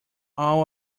all